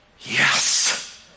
yes